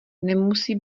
nemusí